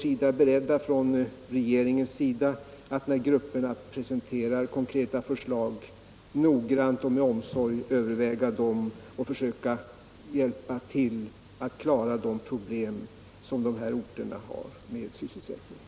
Vi är från regeringens sida beredda, när grupperna presenterar konkreta förslag, att noggrant och med omsorg överväga förslagen och försöka hjälpa till att lösa de problem de här orterna har med sysselsättningen.